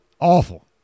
awful